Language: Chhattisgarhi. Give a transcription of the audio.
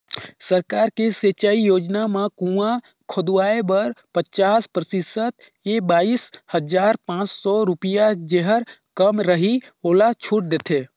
सरकार के सिंचई योजना म कुंआ खोदवाए बर पचास परतिसत य बाइस हजार पाँच सौ रुपिया जेहर कम रहि ओला छूट देथे